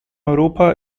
europa